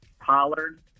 Pollard